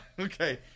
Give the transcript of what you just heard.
Okay